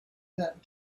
that